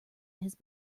his